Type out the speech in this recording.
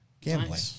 Gambling